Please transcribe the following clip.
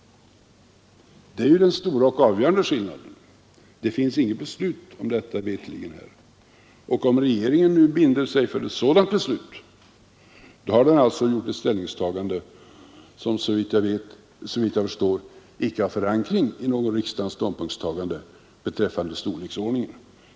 Det är ju den stora och avgörande skillnaden. Det finns veterligt inget beslut om detta. Om regeringen nu binder sig för ett sådant beslut har den gjort ett ställningstagande som, såvitt jag förstår, icke har förankring i något riksdagens ståndpunktstagande beträffande storleksordningen.